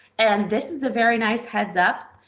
and this is a very nice heads up.